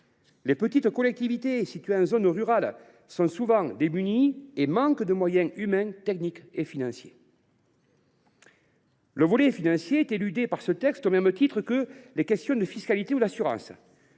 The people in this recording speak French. Les petites collectivités situées en zone rurale sont souvent démunies et manquent de moyens humains, techniques et financiers. Le volet financier est éludé par ce texte, de même que les questions de fiscalité ou d’assurance.